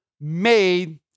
made